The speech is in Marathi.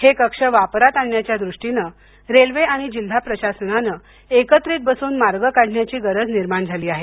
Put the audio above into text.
हे कक्ष वापरात आणण्याच्या दृष्टीनं रेल्वे आणि जिल्हा प्रशासनानं एकत्रित बसून मार्ग काढण्याची गरज निर्माण झाली आहे